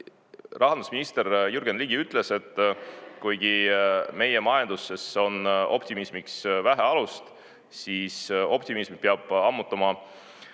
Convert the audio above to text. Rahandusminister Jürgen Ligi ütles, et kuigi meie majanduses on optimismiks vähe alust, siis optimismi peab ammutama